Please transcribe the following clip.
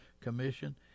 Commission